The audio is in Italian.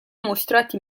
mostrati